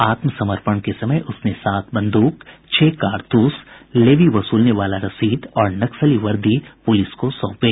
आत्मसमर्पण के समय उसने सात बंदूक छह कारतूस लेवी वसूलने वाला रसीद और नक्सली वर्दी पुलिस को सौंपे